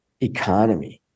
economy